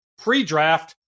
pre-draft